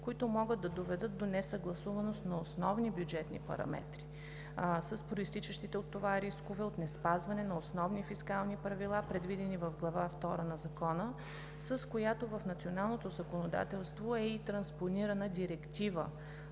които могат да доведат до несъгласуваност на основни бюджетни параметри с произтичащите от това рискове от неспазване на основни фискални правила, предвидени в Глава втора на Закона, с която в националното законодателно е транспонирана и Директива